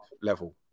level